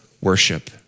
worship